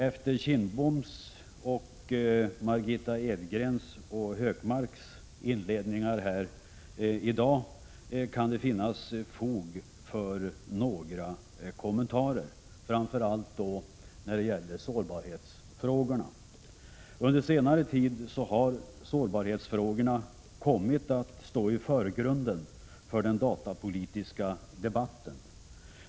Efter Bengt Kindboms, Margitta Edgrens och Gunnar Hökmarks inledningsanföranden kan det finnas fog för några kommentarer, framför allt när det gäller sårbarhetsfrågorna. Under senare tid har sårbarhetsfrågorna kommit att stå i förgrunden för den datapolitiska debatten.